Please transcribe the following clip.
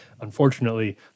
unfortunately